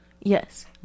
Yes